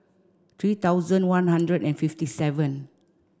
three thousand one hundred and fifty seven